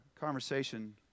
conversation